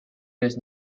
does